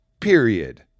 period